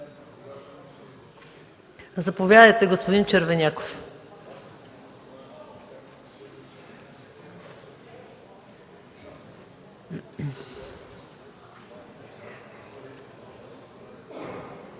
Заповядайте, господин Червеняков.